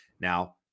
Now